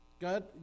God